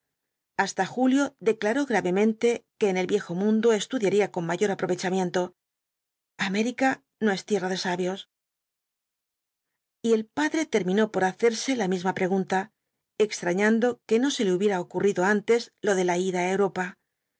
hasta julio declaró gravemente que en el viejo mundo estudiaría con mayor aprovechamiento américa no es tierra de sabios y el padre terminó por hacerse la misma pregunta extrañando que no se le hubiera ocurrido antes lo de la ida á europa